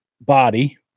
body